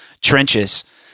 trenches